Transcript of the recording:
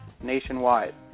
nationwide